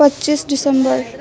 पच्चिस डिसेम्बर